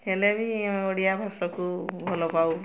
ହେଲେ ବି ଆମେ ଓଡ଼ିଆଭାଷାକୁ ଭଲ ପାଉ